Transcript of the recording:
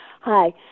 hi